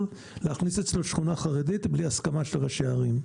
להכניס אצלו שכונה חרדית בלי הסכמה של ראשי הערים.